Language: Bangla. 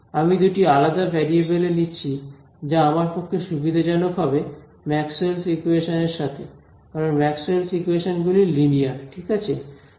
আমি দুটি আলাদা ভেরিএবেল এ নিচ্ছি যা আমার পক্ষে সুবিধাজনক হবে ম্যাক্সওয়েলস ইকুয়েশনস Maxwell's equations এর সাথে কারণ ম্যাক্সওয়েলস ইকুয়েশনস Maxwell's equations গুলি লিনিয়ার ঠিক আছে